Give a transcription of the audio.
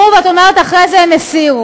אחרי שהסברתי מה הם עשו,